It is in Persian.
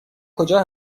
کجا